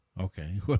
Okay